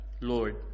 Lord